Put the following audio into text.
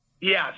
Yes